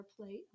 plate